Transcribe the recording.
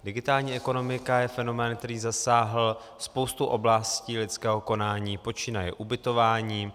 Digitální ekonomika je fenomén, který zasáhl spoustu oblastí lidského konání počínaje ubytováním.